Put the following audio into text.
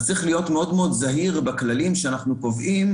אז צריך להיות מאוד זהירים בכללים שאנחנו קובעים